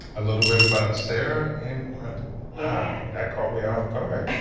a little bit about sara and and yeah that caught me offguard.